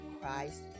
Christ